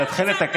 על התכלת,